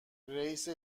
رییس